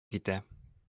китә